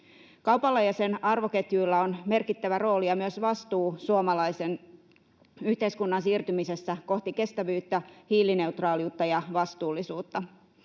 Kaupalla ja sen arvoketjuilla on merkittävä rooli ja myös vastuu suomalaisen yhteiskunnan siirtymisessä kohti kestävyyttä, hiilineutraaliutta ja vastuullisuutta.